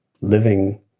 living